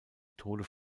tode